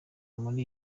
muri